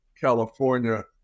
California